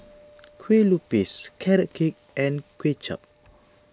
Kueh Lupis Carrot Cake and Kuay Chap